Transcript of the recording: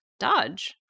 Dodge